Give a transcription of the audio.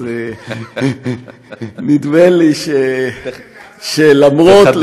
אז נדמה לי שלמרות,